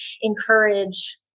encourage